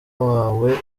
wawe